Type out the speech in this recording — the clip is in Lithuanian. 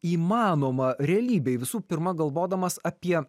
įmanoma realybėj visų pirma galvodamas apie